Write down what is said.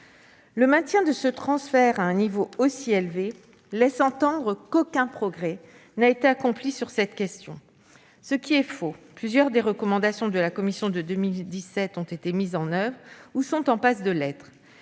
Le maintien de ce transfert à un niveau aussi élevé laisse entendre qu'aucun progrès n'a été accompli sur ce sujet, ce qui est faux : plusieurs des recommandations de la commission de 2017 ont été mises en oeuvre ou sont en passe de l'être.